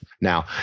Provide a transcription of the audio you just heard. Now